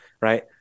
right